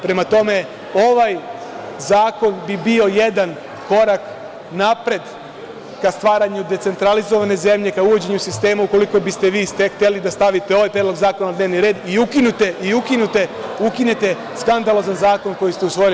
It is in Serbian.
Prema tome, ovaj zakon bi bio jedan korak napred, ka stvaranju decentralizovane zemlje ka uvođenju sistema ukoliko biste vi hteli da stavite ovaj predlog zakona u dnevni red i ukinete skandalozan zakon koji stre usvojili.